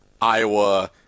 Iowa –